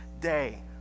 day